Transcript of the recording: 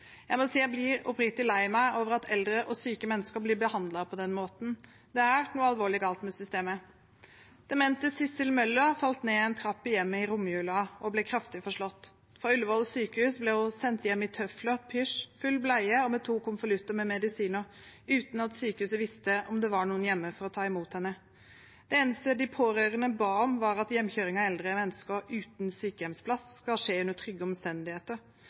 Jeg må si jeg blir oppriktig lei meg over at eldre og syke mennesker blir behandlet på den måten. Det er noe alvorlig galt med systemet. Demente Sissel Møller falt ned en trapp i hjemmet i romjulen og ble kraftig forslått. Fra Ullevål sykehus ble hun sendt hjem i tøfler, pysj, med full bleie og to konvolutter med medisiner, uten at sykehuset visste om det var noen hjemme for å ta imot henne. Det eneste de pårørende ba om, var at hjemkjøring av eldre mennesker uten sykehjemsplass skulle skje under trygge omstendigheter.